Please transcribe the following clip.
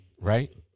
right